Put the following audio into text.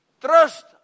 trust